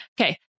Okay